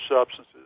substances